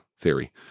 theory